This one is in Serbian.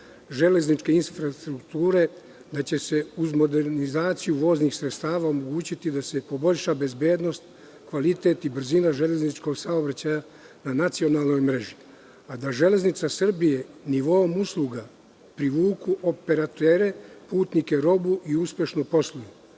železničke infrastrukture da će se uz modernizaciju voznih sredstava omogućiti da se poboljša bezbednost, kvalitet i brzina železničkog saobraćaja na nacionalnoj mreži, a da Železnica Srbije nivoom usluga privuku operatere, putnike, robu i uspešno posluju,